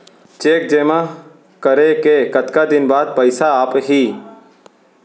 Cheque जेमा करें के कतका दिन बाद पइसा आप ही?